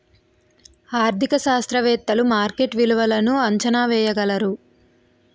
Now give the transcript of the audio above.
ఆర్థిక శాస్త్రవేత్తలు మార్కెట్ విలువలను అంచనా వేయగలరు